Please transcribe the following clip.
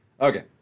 Okay